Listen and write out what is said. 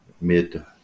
mid